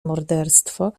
morderstwo